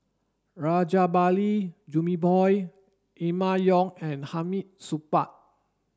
Rajabali Jumabhoy Emma Yong and Hamid Supaat